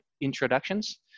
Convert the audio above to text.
introductions